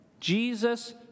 Jesus